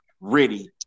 ready